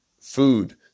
food